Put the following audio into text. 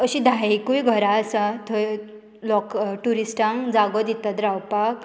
अशीं धायेकूय घरां आसा थंय लोक ट्युरिस्टांक जागो दितात रावपाक